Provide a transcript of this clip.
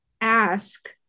ask